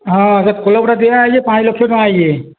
ହଁ ସେ କ୍ଲବ୍ର ଦିଆହେଇଛେ ପାଞ୍ଚ୍ ଲକ୍ଷେ ଟଙ୍କା ଆଇଛେ